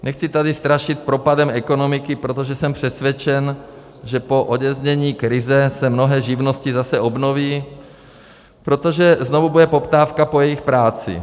Nechci tady strašit propadem ekonomiky, protože jsem přesvědčen, že po odeznění krize se mnohé živnosti zase obnoví, protože znovu bude poptávka po jejich práci.